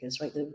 right